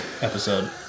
episode